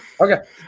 Okay